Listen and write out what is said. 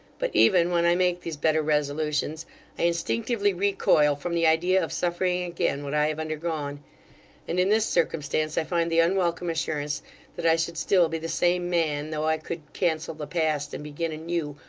but even when i make these better resolutions, i instinctively recoil from the idea of suffering again what i have undergone and in this circumstance i find the unwelcome assurance that i should still be the same man, though i could cancel the past, and begin anew,